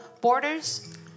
borders